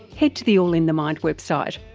head to the all in the mind website.